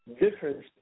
difference